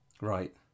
Right